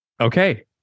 Okay